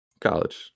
College